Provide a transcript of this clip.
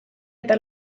eta